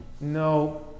no